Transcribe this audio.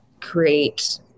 create